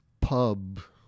Pub